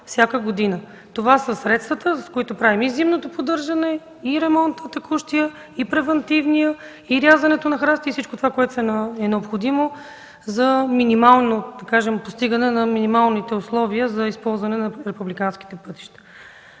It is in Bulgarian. Това са средствата, с които правим и зимното поддържане, и текущия ремонт, и превантивния, и рязането на храсти, и всичко, което е необходимо за постигане на минималните условия за използване на републиканските пътища.